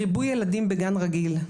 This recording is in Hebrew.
ריבוי ילדים בגן רגיל,